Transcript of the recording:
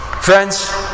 Friends